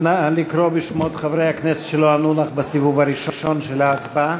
נא לקרוא בשמות חברי הכנסת שלא ענו לך בסיבוב הראשון של ההצבעה.